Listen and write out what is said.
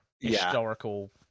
historical